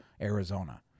Arizona